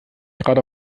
gerade